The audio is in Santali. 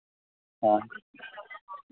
ᱦᱮᱸ